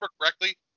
correctly